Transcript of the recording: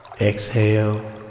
Exhale